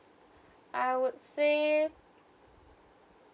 I would say